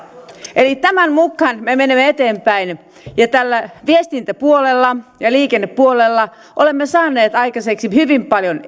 eli tämän mukaan me menemme eteenpäin ja tällä viestintäpuolella ja liikennepuolella olemme saaneet aikaiseksi hyvin paljon